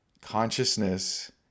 consciousness